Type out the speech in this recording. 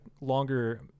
longer